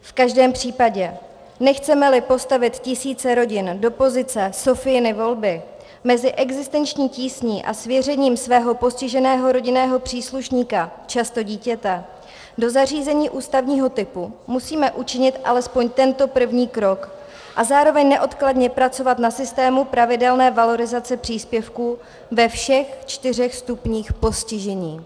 V každém případě, nechcemeli postavit tisíce rodin do pozice Sophiiny volby mezi existenční tísní a svěřením svého postiženého rodinného příslušníka, často dítěte, do zařízení ústavního typu, musíme učinit alespoň tento první krok a zároveň neodkladně pracovat na systému pravidelné valorizace příspěvků ve všech čtyřech stupních postižení.